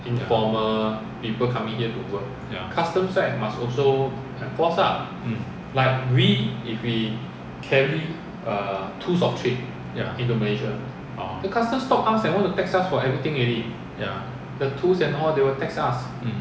ya ya mm ya orh ya mm